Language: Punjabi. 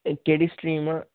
ਅਤੇ ਕਿਹੜੀ ਸਟਰੀਮ